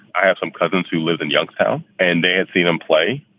i have some cousins who live in youngstown and they had seen him play.